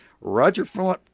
Roger